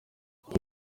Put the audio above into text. uko